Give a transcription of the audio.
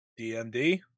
DMD